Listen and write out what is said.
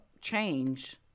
change